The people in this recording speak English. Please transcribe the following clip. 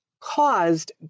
caused